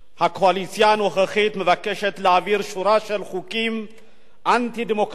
הקואליציה הנוכחית מבקשת להעביר שורה של חוקים אנטי-דמוקרטיים,